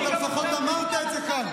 אבל אתה לפחות אמרת את זה כאן,